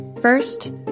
First